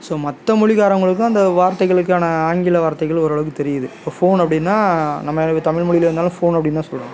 so மற்ற மொழிகாரங்களுக்கு அந்த வார்த்தைகளுக்கான ஆங்கில வார்த்தைகள் ஒரளவுக்கு தெரியிது இப்போ ஃபோன் அப்படின்னா நம்ம தமிழ் மொழியில் இருந்தாலும் ஃபோன் அப்படின்தான் சொல்கிறோம்